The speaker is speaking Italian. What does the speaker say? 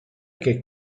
che